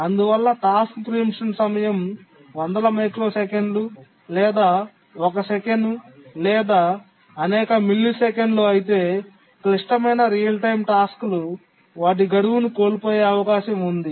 అందువల్ల task preemption సమయం వందల మైక్రోసెకన్లు లేదా ఒక సెకను లేదా అనేక మిల్లీసెకన్లు అయితే క్లిష్టమైన రియల్ టైమ్ టాస్క్లు వాటి గడువును కోల్పోయే అవకాశం ఉంది